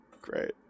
Great